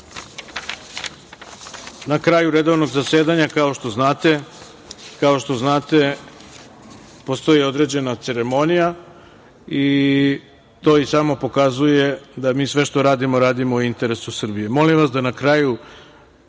na kraju redovnog zasedanja, kao što znate postoji određena ceremonija i to i samo pokazuje da mi sve što radimo, radimo u interesu Srbije. Molim